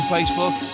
Facebook